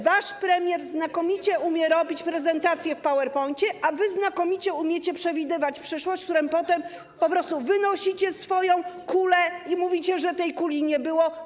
Wasz premier znakomicie umie robić prezentację w PowerPoint, a wy znakomicie umiecie przewidywać przyszłość, a potem po prostu wynosicie swoją kulę i mówicie, że tej kuli nie było.